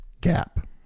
gap